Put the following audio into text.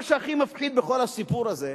מה שהכי מפחיד בכל הסיפור הזה,